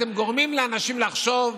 אתם גורמים לאנשים לחשוב,